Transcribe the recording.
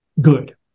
good